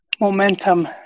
momentum